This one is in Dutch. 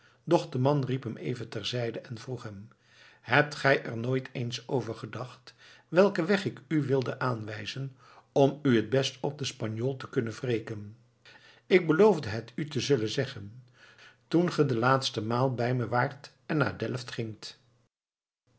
de man riep hem even terzijde en vroeg hem hebt gij er nooit eens over gedacht welken weg ik u wilde aanwijzen om u het best op den spanjool te kunnen wreken ik beloofde het u te zullen zeggen toen ge de laatste maal bij me waart en naar delft gingt